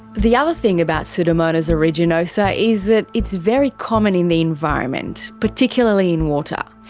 the other thing about pseudomonas aeruginosa is that it's very common in the environment. particularly in water.